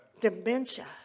Dementia